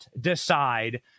decide